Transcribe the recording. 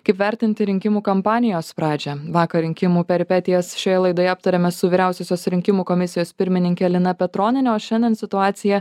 kaip vertinti rinkimų kampanijos pradžią vakar rinkimų peripetijas šioje laidoje aptariame su vyriausiosios rinkimų komisijos pirmininke lina petroniene o šiandien situacija